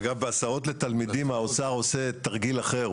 אגב, בהסעות לתלמידים האוצר עושה תרגיל אחר.